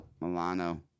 Milano